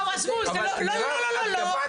טוב, עזבו, זה לא רלוונטי.